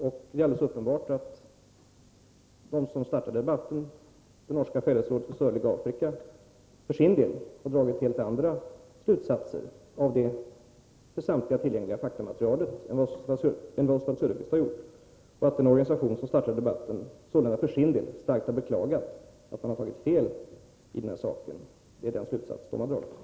Det är alldeles uppenbart att norska Fellesrådet för sörlige Afrika, som startade debatten, har dragit helt andra slutsatser av det för samtliga tillgängliga faktamaterialet än vad Oswald Söderqvist har gjort. Denna organisation har för sin del också starkt beklagat att den tidigare har tagit fel i denna sak. Det är den slutsats som man nu har dragit.